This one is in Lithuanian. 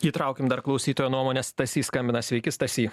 įtraukim dar klausytojo nuomonę stasys skambina sveiki stasy